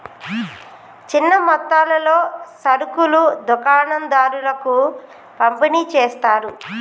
చిన్న మొత్తాలలో సరుకులు దుకాణం దారులకు పంపిణి చేస్తారు